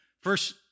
First